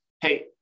hey